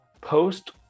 post